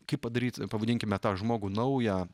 kaip padaryti pavadinkime tą žmogų naują